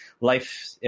life